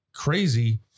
crazy